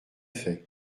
fait